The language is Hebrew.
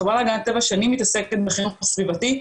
החברה להגנת הטבע שנים מתעסקת בחינוך סביבתי.